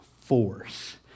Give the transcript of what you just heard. force